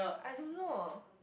I don't know